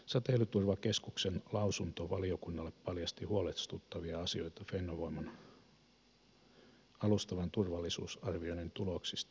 säteilyturvakeskuksen lausunto valiokunnalle paljasti huolestuttavia asioita fennovoiman alustavan turvallisuusarvioinnin tuloksista